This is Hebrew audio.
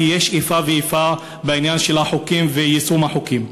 כי יש איפה ואיפה בעניין של החוקים ויישום החוקים.